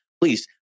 please